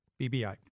BBI